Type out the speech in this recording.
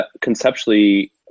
conceptually